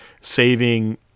saving